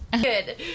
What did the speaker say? Good